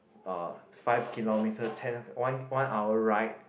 uh five kilometer ten one one hour ride